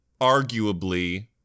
arguably